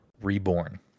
Reborn